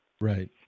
Right